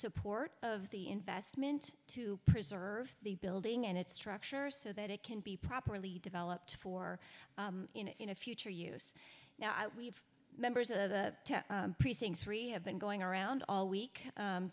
support of the investment to preserve the building and its structure so that it can be properly developed for in a future use now i we've members of the precinct three have been going around all week